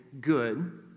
good